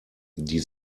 die